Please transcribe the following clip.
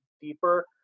deeper